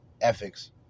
ethics